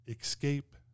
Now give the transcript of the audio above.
Escape